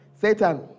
Satan